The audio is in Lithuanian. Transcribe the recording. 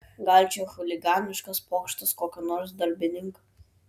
gal čia chuliganiškas pokštas kokio nors darbininko